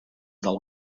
del